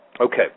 Okay